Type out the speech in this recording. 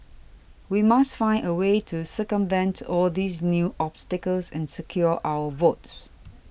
we must find a way to circumvent all these new obstacles and secure our votes